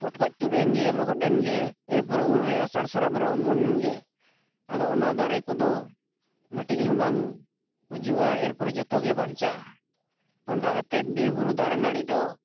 ᱯᱚᱴᱠᱚᱡ ᱛᱩᱫ ᱮᱱᱜᱮ ᱞᱚᱦᱚᱫ ᱮᱱᱜᱮ ᱮᱨᱯᱚᱨᱮ ᱩᱱᱨᱮ ᱟᱥᱟᱲ ᱥᱨᱟᱵᱚᱱ ᱨᱮ ᱚᱢᱚᱱᱮᱱᱜᱮ ᱟᱫᱚ ᱚᱱᱟ ᱫᱟᱨᱮ ᱠᱚᱫᱚ ᱢᱤᱴᱤᱡ ᱦᱚᱸ ᱵᱟᱝ ᱜᱩᱡᱩᱜᱼᱟ ᱮᱨ ᱯᱚᱨᱮ ᱡᱚᱛᱚ ᱠᱚᱜᱮ ᱵᱟᱧᱪᱟᱜᱼᱟ ᱚᱱᱠᱟ ᱠᱟᱛᱮᱫ ᱵᱤᱨ ᱵᱩᱨᱩ ᱫᱟᱨᱮ ᱱᱟᱹᱲᱤ ᱫᱚ